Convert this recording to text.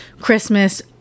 Christmas